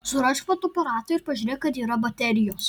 surask fotoaparatą ir pažiūrėk ar yra baterijos